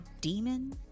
demon